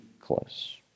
close